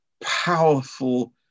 powerful